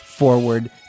Forward